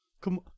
Come